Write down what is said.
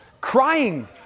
crying